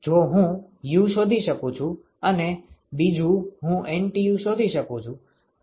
જો હું U શોધી શકું છું અને બીજું હું NTU શોધી શકું છું